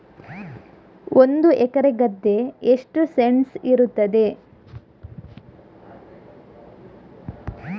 ಒಂದು ಎಕರೆ ಗದ್ದೆ ಎಷ್ಟು ಸೆಂಟ್ಸ್ ಇರುತ್ತದೆ?